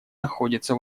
находится